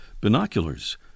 binoculars